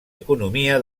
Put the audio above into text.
economia